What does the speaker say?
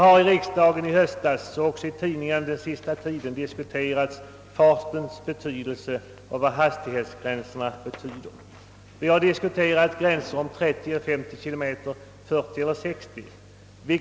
I riksdagen i höstas har liksom i tidningarna under den senaste tiden diskuterats frågan om fartens betydelse, d.v.s. vad hastighetsgränserna betyder. Vi bar diskuterat fartgränser på 30 eller 50 km tim.